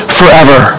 forever